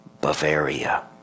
Bavaria